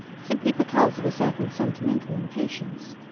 simply because of a certain sentimental impatience.